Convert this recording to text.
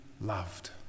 loved